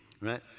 right